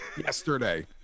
yesterday